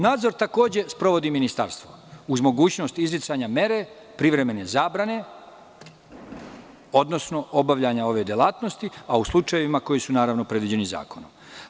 Nadzor takođe sprovodi ministarstvo uz mogućnost mere privremene zabrane, odnosno obavljanja ove delatnosti, a u slučajevima koji su predviđeni zakonom.